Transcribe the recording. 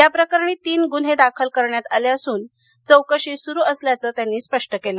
या प्रकरणी तीन गुन्हे दाखल करण्यात आले असून चौकशी सुरू असल्याचं त्यांनी स्पष्ट केलं